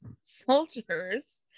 soldiers